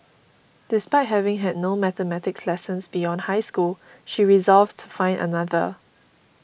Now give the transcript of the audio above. despite having had no mathematics lessons beyond high school she resolved to find another